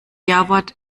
jawort